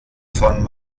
von